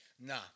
Nah